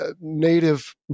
native